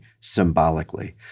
symbolically